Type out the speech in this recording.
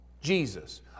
Jesus